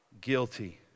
guilty